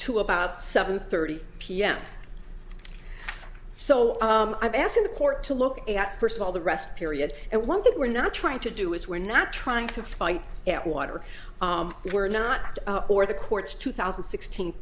to about seven thirty pm so i'm asking the court to look at first of all the rest period and one thing we're not trying to do is we're not trying to fight at water we're not or the courts two thousand sixteen